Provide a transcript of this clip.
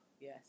yes